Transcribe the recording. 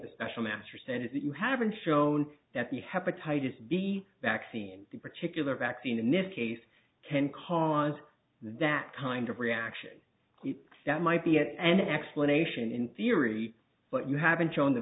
the special master said if you haven't shown that the hepatitis b vaccine the particular vaccine in this case can cause that kind of reaction that might be at an explanation in theory but you haven't shown the